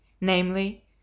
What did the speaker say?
namely